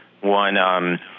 one